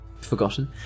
forgotten